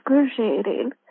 excruciating